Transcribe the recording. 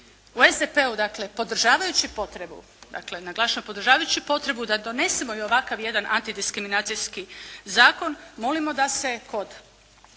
U SDP-u dakle podržavajući potrebu dakle naglašavam podržavajući potrebu da donesemo i ovakav jedan antidiskriminacijski zakon molimo da se kod